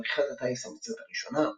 מדריכת הטיס המצרית הראשונה,